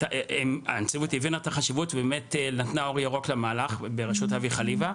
הנציבות הבינה את החשיבות ובאמת נתנה אור ירוק למהלך בראשות אבי חליבה,